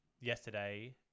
yesterday